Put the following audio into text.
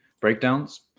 breakdowns